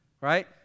right